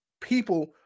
people